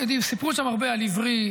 סיפרו שם הרבה על עברי,